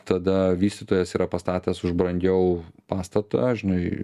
tada vystytojas yra pastatęs už brangiau pastatą žinai